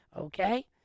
okay